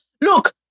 look